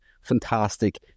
fantastic